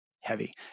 heavy